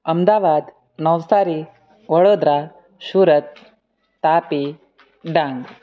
Ahmedabad Navsari Vadodara Surat Tapi Dang